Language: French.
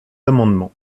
amendement